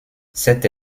cette